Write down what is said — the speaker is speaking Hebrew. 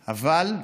היום.